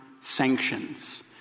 sanctions